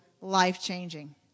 life-changing